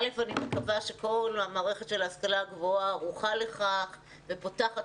אני מקווה שכל מערכת ההשכלה הגבוהה ערוכה לכך ופותחת